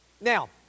now